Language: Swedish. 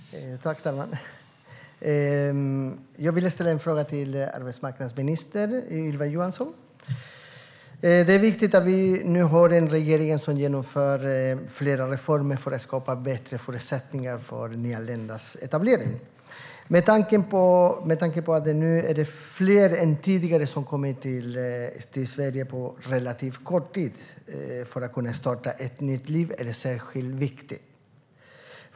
Herr talman! Jag vill ställa en fråga till arbetsmarknadsminister Ylva Johansson. Det är viktigt att vi nu har en regering som genomför flera reformer för att skapa bättre förutsättningar för nyanländas etablering. Med tanke på att det nu är fler än tidigare som har kommit till Sverige på relativt kort tid för att starta ett nytt liv är det särskilt viktigt.